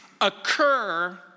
occur